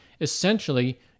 Essentially